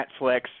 Netflix